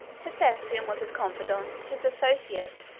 hephaestion was his confidant, his associate,